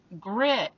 grit